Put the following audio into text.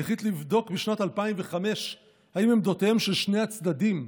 החליט לבדוק בשנת 2005 אם עמדותיהם של שני הצדדים,